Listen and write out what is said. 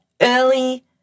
early